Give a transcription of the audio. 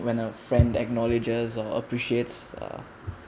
when a friend acknowledges or appreciates uh